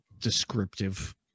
descriptive